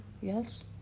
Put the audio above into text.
yes